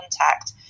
contact